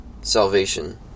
salvation